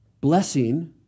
Blessing